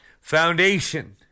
Foundation